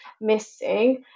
missing